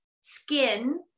skin